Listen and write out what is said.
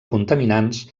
contaminants